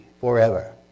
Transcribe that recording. forever